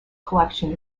collection